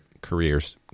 careers